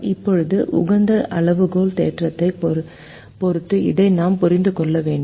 இப்போது உகந்த அளவுகோல் தேற்றத்தைப் பொறுத்து இதை நாம் புரிந்து கொள்ள வேண்டும்